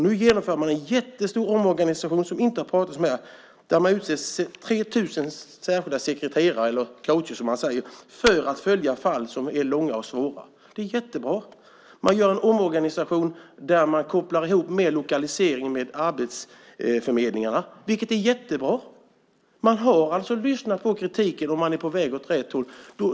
Nu genomför man en jättestor omorganisation, som det inte har pratats om här, där man utser 3 000 särskilda sekreterare eller coacher, som man säger, för att följa fall som är långa och svåra. Det är ju jättebra. Man gör en omorganisation där man kopplar ihop lokalisering med arbetsförmedlingarna, vilket är jättebra. Man har alltså lyssnat på kritiken, och man är på väg åt rätt håll.